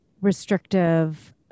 restrictive